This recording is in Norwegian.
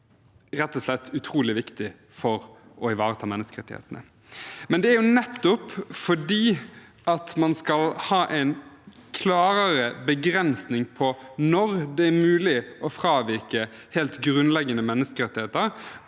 rett og slett er utrolig viktig for å ivareta menneskerettighetene. Det er nettopp fordi man skal ha en klarere begrensning av når det er mulig å fravike helt grunnleggende menneskerettigheter,